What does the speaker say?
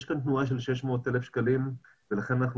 יש כאן תנועה של 600,000 שקלים ולכן אנחנו